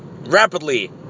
rapidly